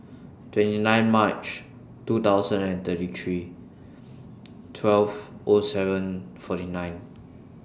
twenty nine March two thousand and twenty three twelve O seven forty nine